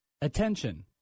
Attention